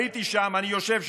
הייתי שם, אני יושב שם.